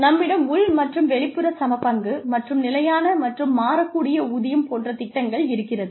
நம்மிடம் உள் மற்றும் வெளிப்புற சமபங்கு மற்றும் நிலையான மற்றும் மாறக்கூடிய ஊதியம் போன்ற திட்டங்கள் இருக்கிறது